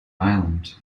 island